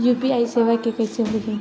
UPI सेवा के कइसे होही?